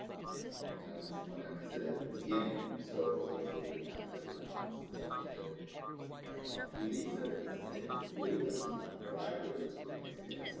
alright and i would just point out he said at the beginning so for those that will be contacting my office to tell me that dr. bob healy said that it's the same as the flu was not what i heard sitting next to him,